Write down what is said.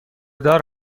دار